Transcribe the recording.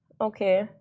Okay